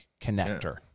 connector